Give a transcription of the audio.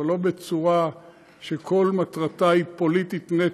אבל לא בצורה שכל מטרתה היא פוליטית נטו,